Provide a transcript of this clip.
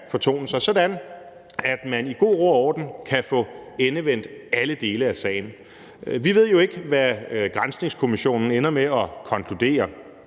sig, så vi i god ro og orden kan få endevendt alle dele af sagen. Vi ved jo ikke, hvad granskningskommissionen ender med at konkludere.